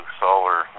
solar